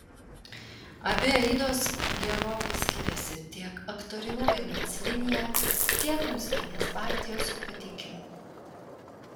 abi aidos gerokai skiriasi tiek aktorine vaidmens linija tiek muzikinės partijos pateikimu